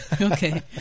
Okay